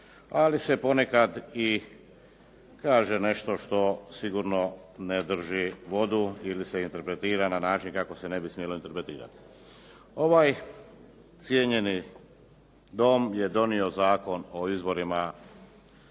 ali se ponekad kaže nešto što sigurno ne drži vodu ili se interpretira na način kako se ne bi smjelo interpretirati. Ovaj cijenjeni Dom je donio Zakon o izborima